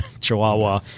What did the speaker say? chihuahua